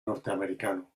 norteamericano